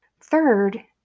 Third